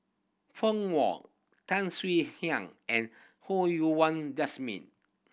Feng Wong Tan Swie Hian and Ho Yuan Wah Jesmine